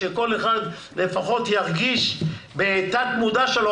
שכל אחד לפחות ירגיש בתת-מודע שלו,